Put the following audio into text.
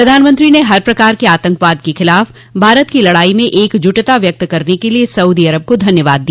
प्रधानमंत्री ने हर प्रकार के आतंकवाद के खिलाफ भारत की लड़ाई में एकजुटता व्यक्त करने के लिए सऊदी अरब को धन्यवाद दिया